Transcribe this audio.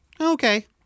Okay